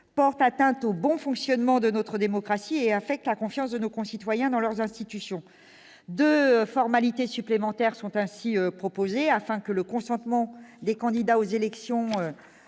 porte atteinte au bon fonctionnement de notre démocratie et affecte la confiance de nos concitoyens dans leurs institutions. Deux formalités supplémentaires sont ainsi proposées afin que le consentement des candidats aux élections